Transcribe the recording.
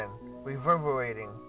reverberating